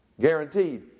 Guaranteed